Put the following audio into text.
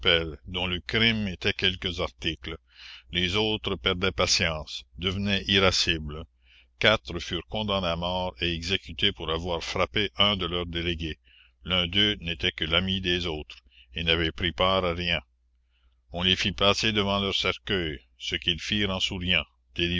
dont le crime était quelques articles les autres perdaient patience devenaient irascibles quatre furent condamnés à mort et exécutés pour avoir frappé un de leurs délégués l'un d'eux n'était que l'ami des autres et n'avait pris part à rien on les fit passer devant leurs cercueils ce qu'ils firent en souriant